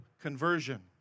conversion